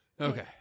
Okay